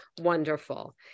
wonderful